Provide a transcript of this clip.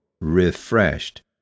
refreshed